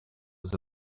was